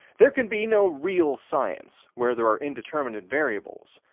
there can be no real science where there are indeterminate variables,